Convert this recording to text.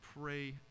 pray